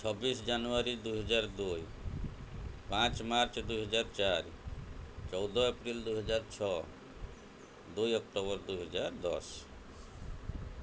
ଛବିଶ ଜାନୁଆରୀ ଦୁଇହଜାର ଦୁଇ ପାଞ୍ଚ ମାର୍ଚ୍ଚ ଦୁଇହଜାର ଚାରି ଚଉଦ ଏପ୍ରିଲ୍ ଦୁଇହଜାର ଛଅ ଦୁଇ ଅକ୍ଟୋବର ଦୁଇହଜାର ଦଶ